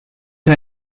her